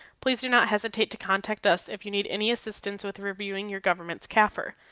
please do not hesitate to contact us if you need any assistance with reviewing your government's cafr.